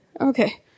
Okay